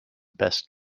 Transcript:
best